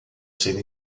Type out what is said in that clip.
ser